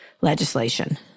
legislation